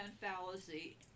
fallacy